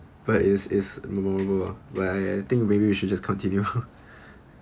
but it's it's memorable lah but I I think maybe we should just continue